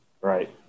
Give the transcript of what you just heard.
right